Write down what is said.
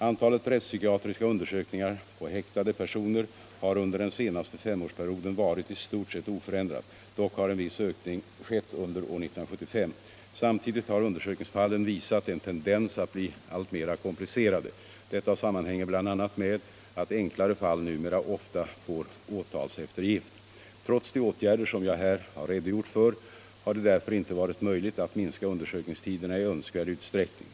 Antalet rättspsykiatriska undersökningar på häktade personer har under den senaste femårsperioden varit i stort sett oförändrat; dock har en viss ökning skett under år 1975. Samtidigt har undersökningsfallen visat en tendens att bli alltmer komplicerade. Detta sammanhänger bl.a. med att enklare fall numera ofta får åtalseftergift. Trots de åtgärder som jag här har redogjort för har det därför inte varit möjligt att minska undersökningstiderna i önskvärd utsträckning.